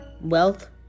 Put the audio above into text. wealth